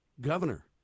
governor